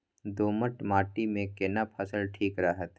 दोमट माटी मे केना फसल ठीक रहत?